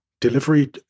delivery